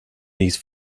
these